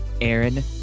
Aaron